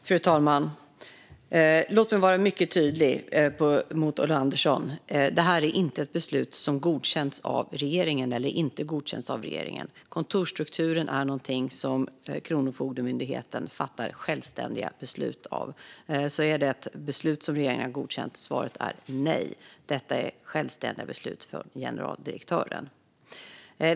Fru talman! Låt mig vara mycket tydlig mot Ulla Andersson: Detta är inte ett beslut som godkänns eller inte godkänns av regeringen. Kontorsstrukturen är någonting som Kronofogdemyndigheten fattar självständiga beslut om. Är det alltså ett beslut som regeringen godkänt? Svaret är nej. Detta är självständiga beslut för generaldirektören.